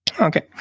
Okay